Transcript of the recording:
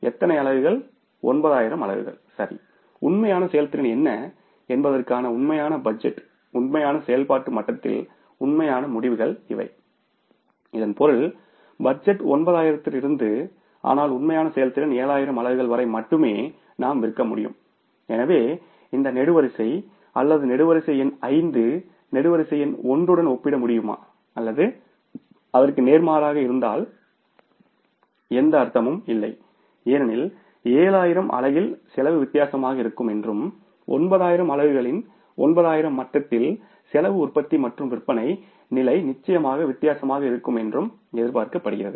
எத்தனை அலகுகள் 9000 அலகுகள் சரி உண்மையான செயல்திறன் என்ன என்பதற்கான உண்மையான பட்ஜெட் உண்மையான செயல்பாட்டு மட்டத்தில் உண்மையான முடிவுகள் இவை இதன் பொருள் பட்ஜெட் 9000 க்கு இருந்தது ஆனால் உண்மையான செயல்திறன் 7000 அலகுகள் வரை மட்டுமே நாம் விற்க முடியும் எனவே இந்த நெடுவரிசை அல்லது நெடுவரிசை எண் 5 ஐ நெடுவரிசை எண் 1 உடன் ஒப்பிட முடியுமா அல்லது அதற்கு நேர்மாறாக இருந்தால் எந்த அர்த்தமும் இல்லை ஏனெனில் 7000 அலகில் செலவு வித்தியாசமாக இருக்கும் என்றும் 9000 அலகுகளின் 9000 மட்டத்தில் செலவு உற்பத்தி மற்றும் விற்பனை நிலை நிச்சயமாக வித்தியாசமாக இருக்கும் என்று எதிர்பார்க்கப்படுகிறது